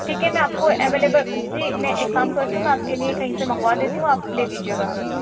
ٹھیک ہے میں آپ کو اویلیبل جی میں ایک کام کرتی ہوں میں آپ کے لئے کہیں سے منگوا دیتی ہوں آپ لے لیجئے گا آ کے